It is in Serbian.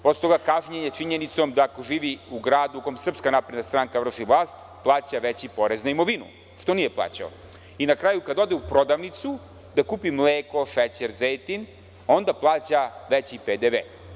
Posle toga, kažnjen je i činjenicom da, ako živi u gradu u kom SNS vrši vlast, plaća veći porez na imovinu, što nije plaćao i, na kraju, kada ode u prodavnicu da kupi mleko, šećer, zejtin, onda plaća veći PDV.